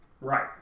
Right